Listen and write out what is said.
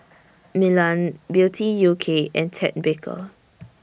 Milan Beauty U K and Ted Baker